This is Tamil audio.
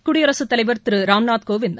குடியரசுத் தலைவர் திரு ராம்நாத் கோவிந்த்